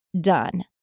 done